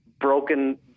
Broken